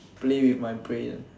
play with my brains